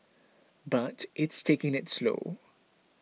but it's taking it slow